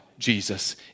Jesus